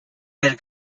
had